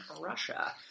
Russia